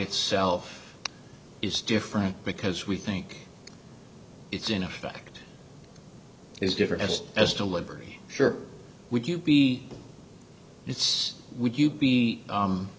itself is different because we think it's in effect is different as as delivery sure would you be it's would you be